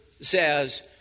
says